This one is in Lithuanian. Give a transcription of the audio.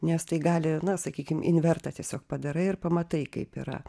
nes tai gali na sakykim invertą tiesiog padarai ir pamatai kaip yra